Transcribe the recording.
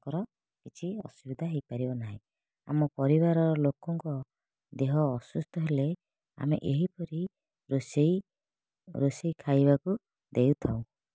ତାଙ୍କର କିଛି ଅସୁବିଧା ହେଇ ପାରିବ ନାହିଁ ଆମ ପରିବାର ଲୋକଙ୍କ ଦେହ ଅସୁସ୍ଥ ଥିଲେ ଆମେ ଏହିପରି ରୋଷେଇ ରୋଷେଇ ଖାଇବାକୁ ଦେଇଥାଉ